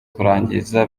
kurangiza